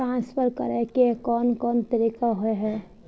Transfer करे के कोन कोन तरीका होय है?